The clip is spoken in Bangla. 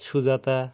সুজাতা